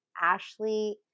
Ashley